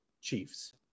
Chiefs